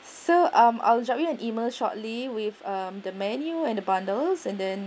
so um I'll drop you an email shortly with um the menu and the bundles and then